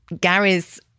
Gary's